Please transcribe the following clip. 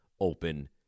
open